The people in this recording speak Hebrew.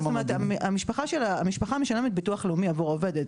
המשפחה משלמת ביטוח לאומי עבור העובדת,